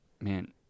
man